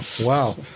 wow